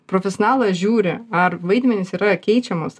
profesionalas žiūri ar vaidmenys yra keičiamos